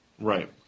Right